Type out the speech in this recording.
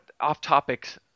off-topic